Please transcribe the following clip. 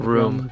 Room